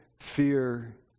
fear